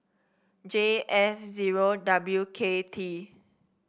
J F zero W K T